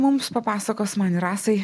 mums papasakos man ir rasai